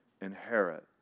inherit